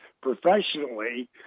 professionally